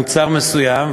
מוצר מסוים,